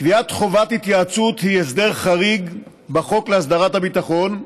קביעת חובת התייעצות היא הסדר חריג בחוק להסדרת הביטחון,